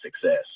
success